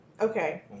Okay